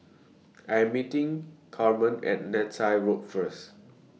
I'm meeting Carma At Neythai Road First